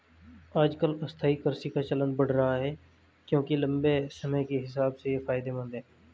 आजकल स्थायी कृषि का चलन बढ़ रहा है क्योंकि लम्बे समय के हिसाब से ये फायदेमंद है